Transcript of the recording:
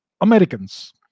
Americans